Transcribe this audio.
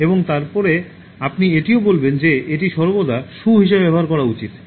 এবং তারপরে আপনি এটিও বলবেন যে এটি সর্বদা "শু" হিসাবে ব্যবহার করা উচিত